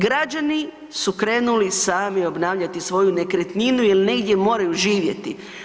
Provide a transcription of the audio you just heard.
Građani su krenuli sami obnavljati svoju nekretninu jer negdje moraju živjeti.